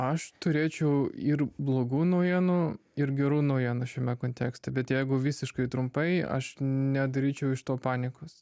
aš turėčiau ir blogų naujienų ir gerų naujienų šiame kontekste bet jeigu visiškai trumpai aš nedaryčiau iš to panikos